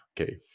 okay